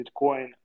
Bitcoin